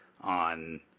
on